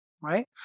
right